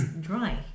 dry